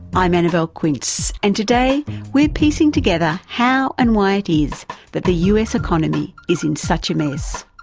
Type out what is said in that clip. i'm annabelle quince and today we're piecing together how and why it is that the us economy is in such a mess.